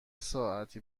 ساعتی